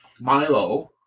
Milo